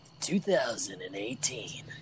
2018